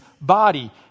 body